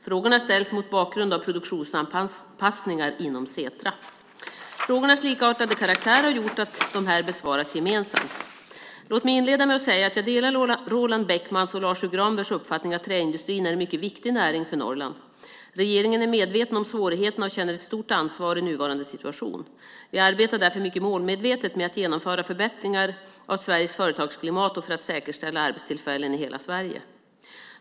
Frågorna ställs mot bakgrund av produktionsanpassningar inom Setra. Frågornas likartade karaktär har gjort att de här besvaras gemensamt. Låt mig inleda med att säga att jag delar Roland Bäckmans och Lars U Granbergs uppfattning att träindustrin är en mycket viktig näring för Norrland. Regeringen är medveten om svårigheterna och känner ett stort ansvar i nuvarande situation. Vi arbetar därför mycket målmedvetet med att genomföra förbättringar av Sveriges företagsklimat och för att säkerställa arbetstillfällen i hela Sverige.